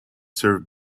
served